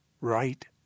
right